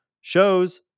shows